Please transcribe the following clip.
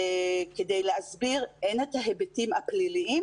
כדי להסביר הן את ההיבטים הפליליים,